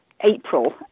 april